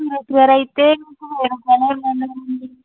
సురేష్ గారైతే మీకు వెయ్యి రూపాయలు ఇవ్వమన్నారు అండి